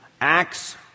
Acts